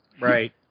right